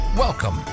Welcome